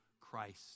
Christ